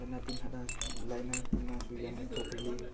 ꯂꯥꯏꯅꯥ ꯇꯤꯟꯅꯥꯁꯨ ꯌꯥꯝꯅ ꯊꯣꯛꯍꯜꯂꯤ